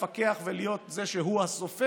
לפקח ולהיות זה שסופר.